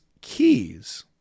keys